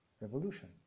revolution